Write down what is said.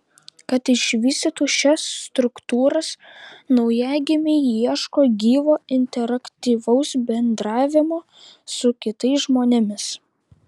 kad išvystytų šias struktūras naujagimiai ieško gyvo interaktyvaus bendravimo su kitais žmonėmis